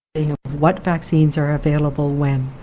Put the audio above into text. what vaccines are available, when.